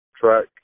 track